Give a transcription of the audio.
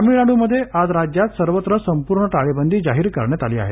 तमिळनाडूमध्ये आज राज्यात सर्वत्र संपूर्ण टाळेबंदी जाहीर करण्यात आली आहे